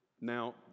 Now